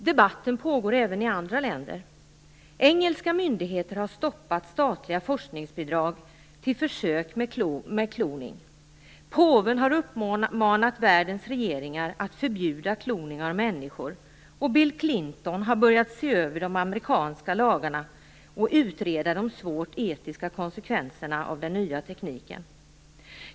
Debatten pågår även i andra länder. Engelska myndigheter har stoppat statliga forskningsbidrag till försök med kloning, påven har uppmanat världens regeringar att förbjuda kloning av människor och Bill Clinton har börjat att se över de amerikanska lagarna och utreda de svåra etiska konsekvenserna av den nya tekniken.